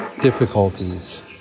difficulties